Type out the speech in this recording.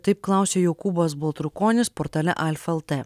taip klausia jokūbas baltrukonis portale alfa lt